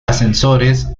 ascensores